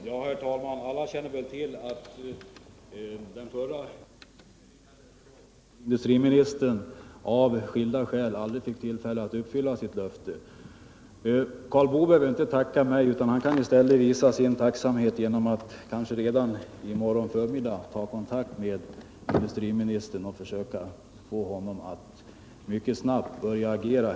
Herr talman! Alla känner väl till att den förre industriministern, av kända skäl, aldrig fick tillfälle att uppfylla sitt löfte. Karl Boo behöver inte tacka mig. Han kan i stället visa sin tacksamhet genom att — kanske redan i morgon förmiddag — ta kontakt med industri ministern och försöka få honom att mycket snabbt börja agera.